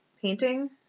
painting